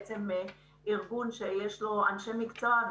ארגון שיש לו אנשי מקצוע,